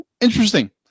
interesting